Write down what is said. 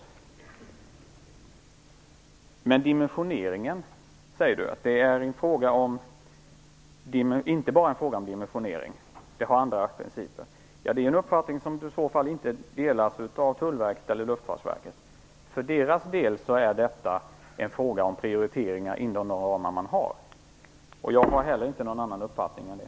Carl Fredrik Graf säger att det inte bara är en fråga om dimensionering utan om andra principer. Det är en uppfattning som i så fall inte delas av Tullverket eller Luftfartsverket. För deras del är detta en fråga om prioriteringar inom de ramar de har. Jag har heller inte någon annan uppfattning än det.